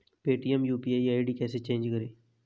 Paytm UPI ID कैसे change करें?